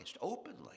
openly